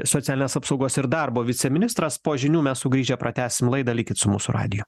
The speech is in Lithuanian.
socialinės apsaugos ir darbo viceministras po žinių mes sugrįžę pratęsim laidą likit su mūsų radiju